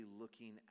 looking